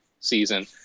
season